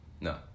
no